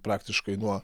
praktiškai nuo